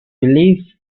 believed